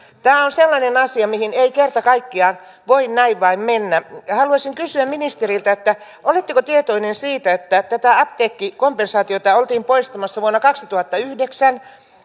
tämä on sellainen asia mihin ei kerta kaikkiaan voi näin vain mennä haluaisin kysyä ministeriltä oletteko tietoinen siitä että tätä apteekkikompensaatiota oltiin poistamassa vuonna kaksituhattayhdeksän